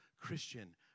Christian